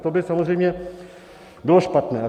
Tak to by samozřejmě bylo špatné.